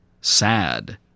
Sad